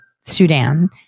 Sudan